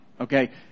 okay